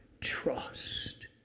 trust